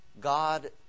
God